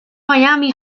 miami